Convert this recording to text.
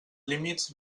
límits